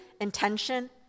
intention